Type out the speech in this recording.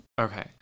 Okay